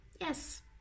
Yes